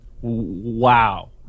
Wow